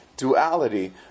Duality